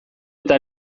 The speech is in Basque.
eta